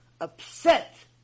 upset